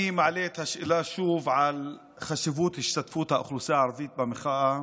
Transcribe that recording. אני שוב מעלה את השאלה על חשיבות השתתפות האוכלוסייה הערבית במחאה